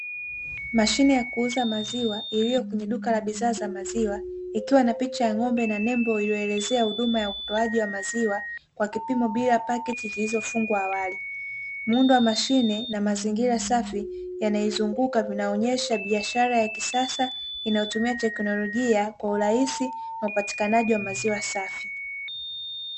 Mashine ya kuuza maziwa iliyo kwenye duka la bidhaa za maziwa, ikiwa na picha ya ng'ombe na nembo iliyoelezea huduma ya utoaji wa maziwa kwa kipimo bila paketi zilizofungwa awali. Muundo wa mashine na mazingira safi yanayoizunguka kuonyosha biashara ya kisasa inayotumia teknolojia kwa urahisi na upatikanaji wa maziwa safi.